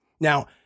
Now